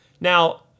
Now